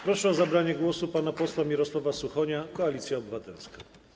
Proszę o zabranie głosu pana posła Mirosława Suchonia, Koalicja Obywatelska.